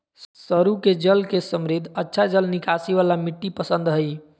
सरू के बेल के समृद्ध, अच्छा जल निकासी वाला मिट्टी पसंद हइ